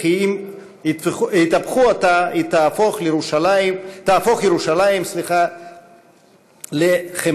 וכי אם יטפחו אותה, תהפוך ירושלים לשכיית חמדה.